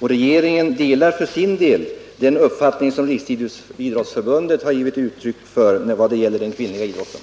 Regeringen delar för sin del den uppfattning som Riksidrottsförbundet har givit uttryck för vad gäller den kvinnliga idrotten.